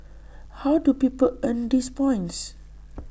how do people earn these points